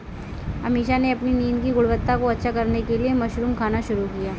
अमीषा ने अपनी नींद की गुणवत्ता को अच्छा करने के लिए मशरूम खाना शुरू किया